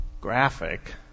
Graphic